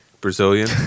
Brazilian